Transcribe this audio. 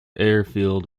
airfield